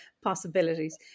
possibilities